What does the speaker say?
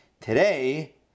Today